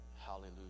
Hallelujah